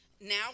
now